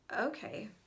okay